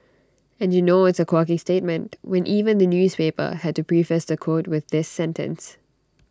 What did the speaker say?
and you know it's A quirky statement when even the newspaper had to preface the quote with this sentence